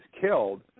killed